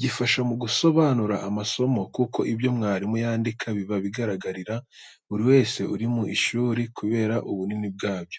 Gifasha mu gusobanura amasomo kuko ibyo mwarimu yandika biba bigaragarira buri wese uri mu ishuri kubera ubunini bwacyo.